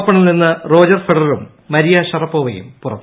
ഓപ്പണിൽ നിന്ന് റോജർ ഫെഡററും മരിയാ ഷറപ്പോവയും പുറത്ത്